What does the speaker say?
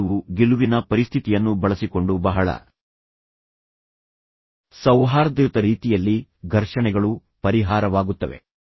ಈ ಗೆಲುವು ಗೆಲುವಿನ ಪರಿಸ್ಥಿತಿಯನ್ನು ಬಳಸಿಕೊಂಡು ಬಹಳ ಸೌಹಾರ್ದಯುತ ರೀತಿಯಲ್ಲಿ ಘರ್ಷಣೆಗಳು ಪರಿಹಾರವಾಗುತ್ತವೆ